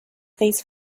these